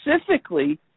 specifically